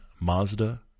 Mazda